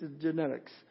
genetics